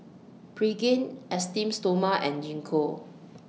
Pregain Esteem Stoma and Gingko